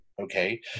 Okay